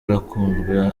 arakunzwe